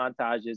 montages